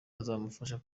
azamufasha